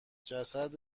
جسد